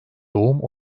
doğum